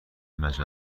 مجله